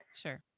Sure